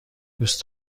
دوست